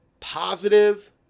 positive